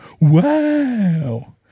Wow